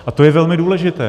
A to je velmi důležité.